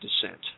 descent